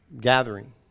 gathering